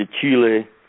Chile